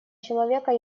человека